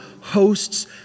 hosts